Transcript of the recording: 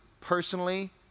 personally